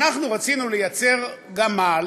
אנחנו רצינו לייצר גמל